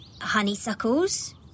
honeysuckles